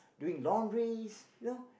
doing laundries you know